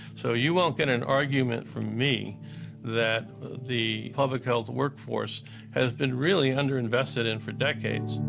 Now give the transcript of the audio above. so, you won't get an argument from me that the public health workforce has been really underinvested in for decades.